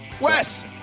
Wes